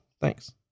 thanks